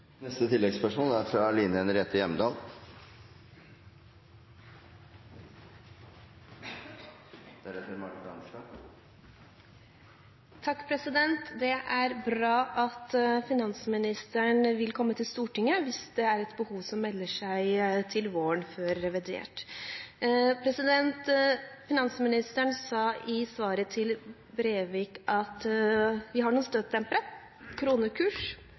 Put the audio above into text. Line Henriette Hjemdal – til oppfølgingsspørsmål. Det er bra at finansministeren vil komme til Stortinget hvis det er et behov som melder seg til våren, før revidert. Finansministeren sa i svaret til Breivik at vi har noen